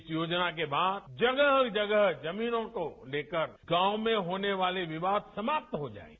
इस योजना के बाद जगह जगह जमीनों को लेकर गांव में होने वाले विवाद समाप्त हो जायेंगे